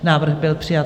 Návrh byl přijat.